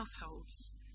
households